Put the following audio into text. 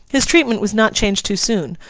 his treatment was not changed too soon,